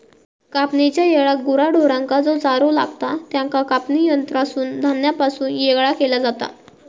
कापणेच्या येळाक गुरा ढोरांका जो चारो लागतां त्याका कापणी यंत्रासून धान्यापासून येगळा केला जाता